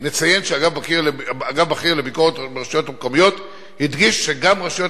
נציין שאגף בכיר לביקורת ברשויות המקומיות הדגיש שגם רשויות